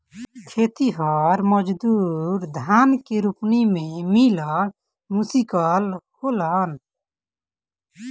खेतिहर मजूर धान के रोपनी में मिलल मुश्किल होलन